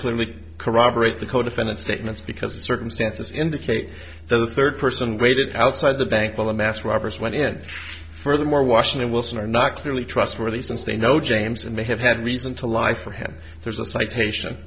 clearly corroborate the codefendant statements because the circumstances indicate that a third person waited outside the bank while the mass robbers went in furthermore washington wilson are not clearly trustworthy since they know james and may have had reason to lie for him there's a citation